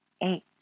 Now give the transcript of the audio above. Eight